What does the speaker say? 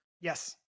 Yes